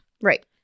right